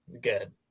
Good